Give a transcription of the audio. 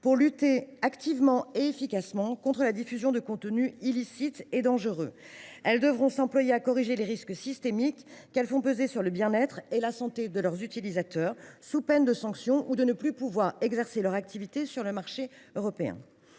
pour lutter activement et efficacement contre la diffusion de contenus illicites et dangereux. Elles devront s’employer à corriger les risques systémiques qu’elles font peser sur le bien être et la santé de leurs utilisateurs, sous peine de sanctions, allant jusqu’à l’interdiction d’exercer leur activité sur le marché européen.